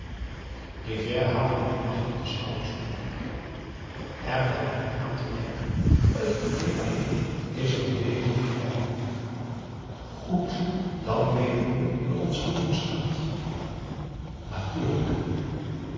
rivière haalde minachtend de schouders op er valt niet aan te denken t idée alleen is een beleediging voor mij goed dan weten we wat ons te doen staat natuurlijk